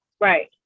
Right